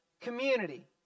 Community